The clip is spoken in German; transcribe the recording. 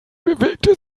bewegte